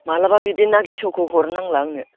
माब्लाबा बिदि ना गेसावखौ हरनांला आंनो